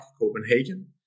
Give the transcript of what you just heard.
copenhagen